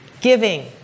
giving